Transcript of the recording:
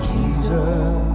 Jesus